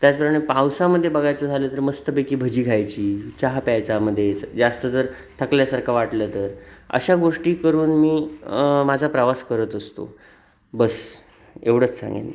त्याचप्रमाणे पावसामध्ये बघायचं झालं तर मस्तपैकी भजी खायची चहा प्यायचा मध्येच जास्त जर थकल्यासारखं वाटलं तर अशा गोष्टी करून मी माझा प्रवास करत असतो बस एवढंच सांगेन